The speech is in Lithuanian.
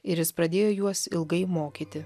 ir jis pradėjo juos ilgai mokyti